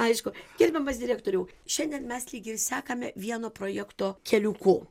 aišku gerbiamas direktoriau šiandien mes lyg ir sekame vieno projekto keliuku